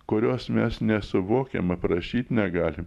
kurios mes nesuvokiam aprašyt negalim